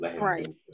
Right